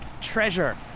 treasure